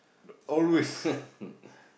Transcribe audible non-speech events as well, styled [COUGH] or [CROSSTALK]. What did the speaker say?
uh [LAUGHS]